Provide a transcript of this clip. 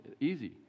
easy